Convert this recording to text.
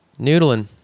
noodling